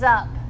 up